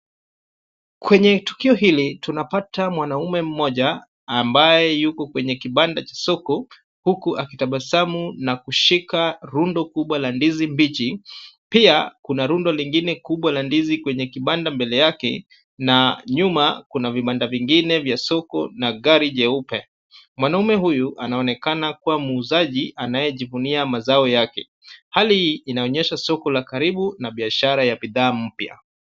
Kwenye tukio hili, tunapata mwanaume mmoja, ambaye yuko kwenye kibanda cha soko, huku akitabasamu na kushika rundo kubwa la ndizi mbichi, pia kuna rundo lingine kubwa la ndizi kwenye kibanda mbele yake, na nyuma, kuna vibanda vingine vya soko na gari jeupe. Mwanaume huyu anaonekana kuwa muuzaji anayejivunia mazao yake. Hali hii inaonyesha soko la karibu na biashara ya bidhaa mpya.